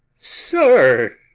sir